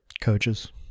Coaches